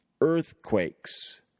earthquakes